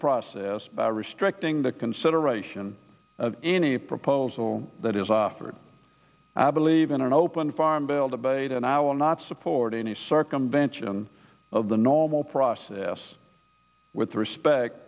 process by restricting the consideration of any proposal that is offered i believe in an open farm bill debate and i will not support any circumvention of the normal process with respect